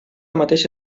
mateixa